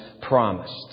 promised